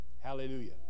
Hallelujah